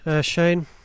Shane